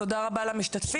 תודה רבה למשתתפים.